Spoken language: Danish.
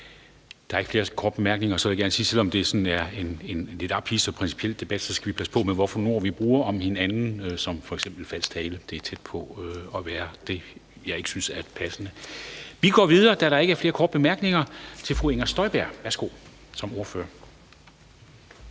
Der er ikke flere korte bemærkninger. Så vil jeg gerne sige, at selv om det er en lidt ophidset og principiel debat, så skal vi passe på med, hvilke ord vi bruger om hinanden – som f.eks. falsk tale. Det er tæt på at være noget, jeg ikke synes er passende. Da der ikke er flere korte bemærkninger, går vi videre til fru Inger Støjberg som ordfører.